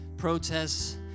Protests